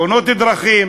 תאונות דרכים,